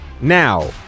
Now